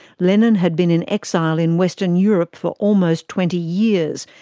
lenin had been in exile in western europe for almost twenty years,